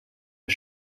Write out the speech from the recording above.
are